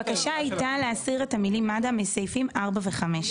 הבקשה הייתה להסיר את המילים "מד"א" מסעיפים 4 ו-5.